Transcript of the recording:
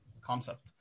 concept